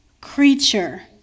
creature